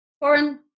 foreign